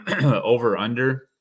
over-under